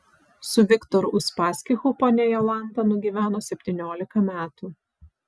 su viktoru uspaskichu ponia jolanta nugyveno septyniolika metų